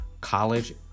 college